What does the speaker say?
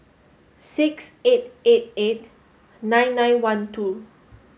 six eight eight eight nine nine one two